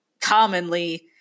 commonly